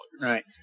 right